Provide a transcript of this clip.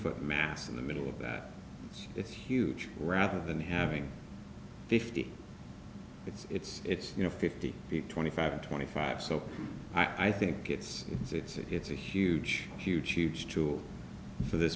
foot mass in the middle of that it's huge rather than having fifty it's it's it's you know fifty feet twenty five twenty five so i think it's it's it's it's a huge huge huge tour for th